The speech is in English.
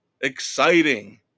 exciting